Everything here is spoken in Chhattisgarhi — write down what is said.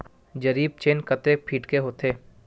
जरीब चेन कतेक फीट के होथे?